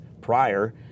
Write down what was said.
prior